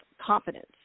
confidence